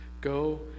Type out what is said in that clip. Go